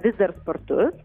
vis dar spartus